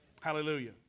Hallelujah